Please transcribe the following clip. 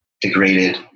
degraded